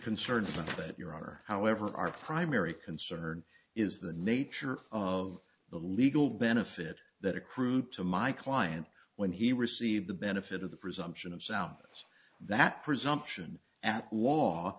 concerned but your honor however our primary concern is the nature of the legal benefit that accrue to my client when he received the benefit of the presumption of sound that presumption at law